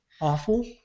awful